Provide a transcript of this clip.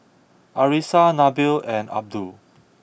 Arissa Nabil and Abdul